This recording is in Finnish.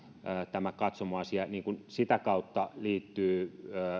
tämä katsomoasia sitä kautta liittyy